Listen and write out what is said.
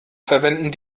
verwenden